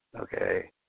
Okay